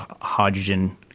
hydrogen